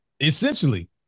Essentially